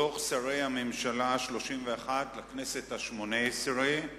דוח שרי הממשלה השלושים-ואחת לכנסת השמונה-עשרה,